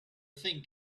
thing